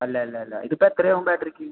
അല്ല അല്ല അല്ല ഇതിപ്പോൾ എത്രയാവും ബാറ്ററിക്ക്